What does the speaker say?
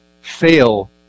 fail